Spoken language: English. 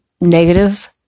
negative